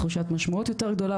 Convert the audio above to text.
תחושת משמעות יותר גדולה,